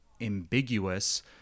ambiguous